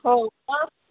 हो का